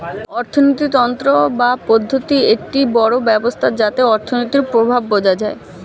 অর্থিনীতি তন্ত্র বা পদ্ধতি একটি বড় ব্যবস্থা যাতে অর্থনীতির প্রভাব বোঝা যায়